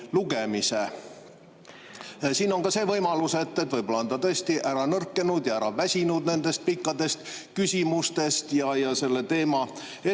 on ka võimalus, et võib-olla on ta tõesti ära nõrkenud ja ära väsinud nendest pikkadest küsimustest ja selle teema